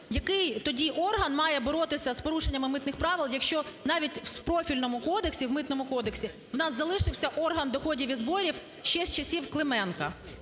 Який тоді орган має боротися з порушеннями митних правил, якщо навіть в профільному кодексі, в Митному кодексі, у нас залишився орган доходів і зборів ще з часів Клименка?